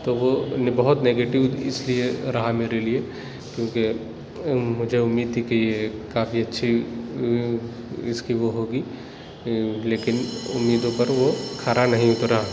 تو وہ نے بہت نیگیٹو اِس لیے رہا میرے لیے کیوں کہ مجھے اُمید تھی کہ یہ کافی اچھی اِس کی وہ ہوگی لیکن اُمیدوں پر وہ کھرا نہیں اُترا